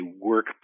work